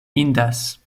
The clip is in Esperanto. indas